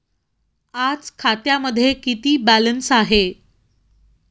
आज खात्यामध्ये किती बॅलन्स आहे?